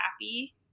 happy